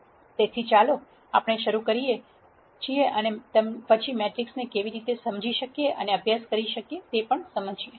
તેથી ચાલો આપણે શરૂ કરીએ અને પછી મેટ્રિસને કેવી રીતે સમજી શકીએ અને અભ્યાસ કરી શકીએ તે સમજીએ